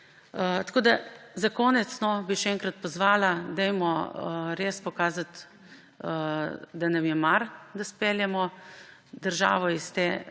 Za konec bi še enkrat pozvala, da dajmo res pokazati, da nam je mar, da izpeljemo državo iz te